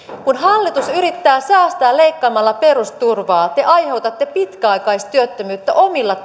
kun hallitus yrittää säästää leikkaamalla perusturvaa te aiheutatte pitkäaikaistyöttömyyttä omilla